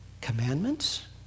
Commandments